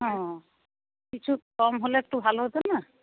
হ্যাঁ কিছু কম হলে একটু ভালো হত না